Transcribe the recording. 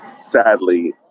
sadly